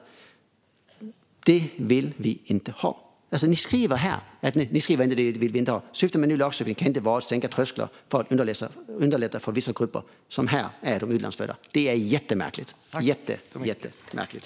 Ni skriver inte att ni inte vill ha det, men ni skriver: "Syftet med en ny lagstiftning kan inte vara att sänka trösklar för att underlätta för vissa grupper", alltså de utlandsfödda. Detta är jättemärkligt.